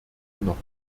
noch